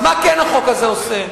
אז מה החוק הזה כן עושה?